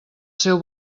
seu